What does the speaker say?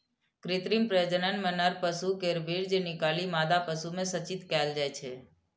कृत्रिम प्रजनन मे नर पशु केर वीर्य निकालि मादा पशु मे सेचित कैल जाइ छै